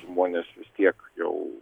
žmonės vis tiek jau